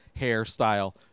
hairstyle